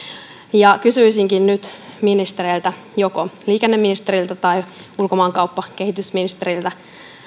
ja kysyisinkin nyt ministereiltä joko liikenneministeriltä tai ulkomaankauppa ja kehitysministeriltä